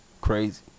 crazy